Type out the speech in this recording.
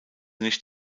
nicht